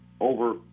over